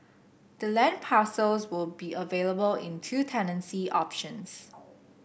the land parcels will be available in two tenancy options